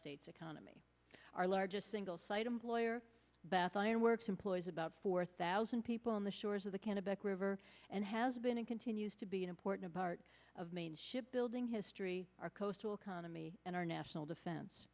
state's economy our largest single site employer bath ironworks employs about four thousand people on the shores of the canopic river and has been and continues to be an important part of maine shipbuilding history our coastal khana me and our national defen